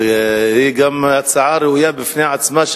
זו גם הצעה ראויה בפני עצמה,